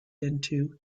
into